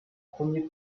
premiers